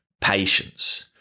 patience